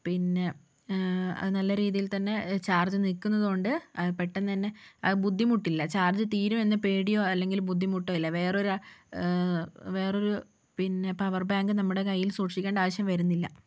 പിന്നെ അത് നല്ല രീതിയിൽ തന്നെ ചാർജ് നിൽക്കുന്നത് കൊണ്ട് പെട്ടന്ന് തന്നെ ബുദ്ധിമുട്ടില്ല ചാർജ് തീരും എന്ന പേടിയോ അല്ലെങ്കിൽ ബുദ്ധിമുട്ടോ ഇല്ല വേറൊരു വേറൊരു പിന്നെ പവർ ബാങ്ക് നമ്മുടെ കയ്യിൽ സൂക്ഷിക്കേണ്ട ആവശ്യം വരുന്നില്ല